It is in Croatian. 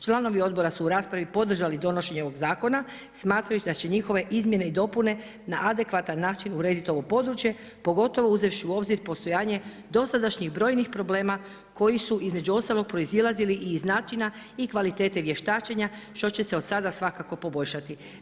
Članovi odbora su u raspravi podržali donošenje ovog zakona, smatrajući da će njihove izmjene i dopune na adekvatan način urediti ovo područje, pogotovo uzevši u obzir postojanje dosadašnjih brojnih problema, koji su između ostalih proizlazi iz načina i kvalitete vještačenja, što će se od sada svakako poboljšati.